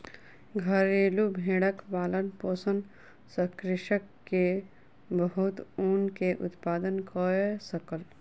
घरेलु भेड़क पालन पोषण सॅ कृषक के बहुत ऊन के उत्पादन कय सकल